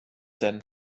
denn